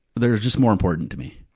they're just more important to me.